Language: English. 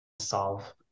solve